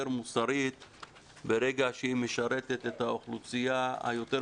מוסרית ברגע שהיא משרתת את האוכלוסייה היותר